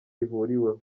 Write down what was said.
rihuriweho